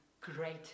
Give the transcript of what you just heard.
great